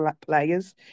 players